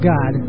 God